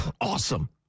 Awesome